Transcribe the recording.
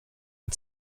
and